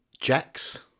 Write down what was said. Jack's